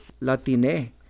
Latine